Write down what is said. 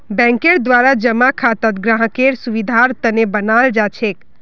बैंकेर द्वारा जमा खाता ग्राहकेर सुविधार तने बनाल जाछेक